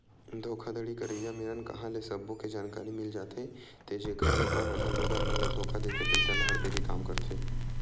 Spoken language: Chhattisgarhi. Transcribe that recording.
धोखाघड़ी करइया मेरन कांहा ले सब्बो के जानकारी मिल जाथे ते जेखर ले ओमन ह लोगन मन ल धोखा देके पइसा ल हड़पे के काम करथे